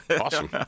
Awesome